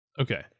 Okay